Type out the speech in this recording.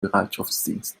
bereitschaftsdienst